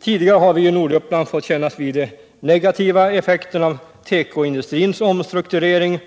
Tidigare har vi i Norduppland fått kännas vid de negativa effekterna av tekoindustrins omstrukturering,